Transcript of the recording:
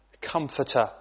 comforter